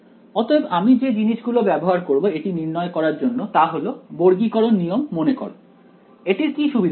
অতএব আমি যে জিনিস গুলো ব্যবহার করব এটি নির্ণয় করার জন্য তা হল বর্গীকরণ নিয়ম মনে কর এটির কি সুবিধা ছিল